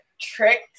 tricked